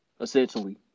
essentially